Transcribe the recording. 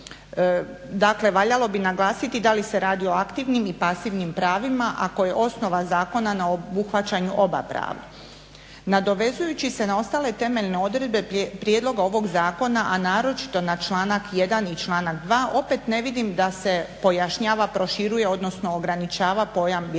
Dakle valjalo bi naglasiti da li se radi o aktivnim i pasivnim pravima ako je osnova zakona na obuhvaćanju oba prava. Nadovezujući se na ostale temeljen odredbe prijedloga ovoga zakona, a naročito na članak 1. i 2. opet ne vidim da se pojašnjava, proširuje, odnosno ograničava pojam biračkog